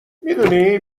میدونی